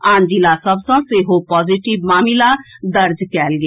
आन जिला सभ सॅ सेहो पॉजिटिव मामिला दर्ज कयल गेल